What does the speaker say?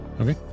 Okay